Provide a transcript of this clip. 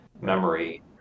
memory